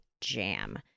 jam